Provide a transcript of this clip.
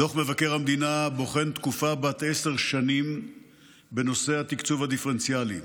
דוח מבקר המדינה בוחן תקופה בת עשר שנים בנושא התקצוב הדיפרנציאלי.